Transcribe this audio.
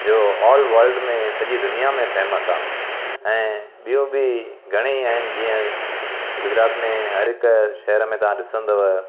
जो all world में सॼी दुनिया में फ़ैमस आहे ऐं ॿियूं बि घणेई आहिनि जीअं गुजरात में हर हिक शहर में तव्हां ॾिसंदव